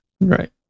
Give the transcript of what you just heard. right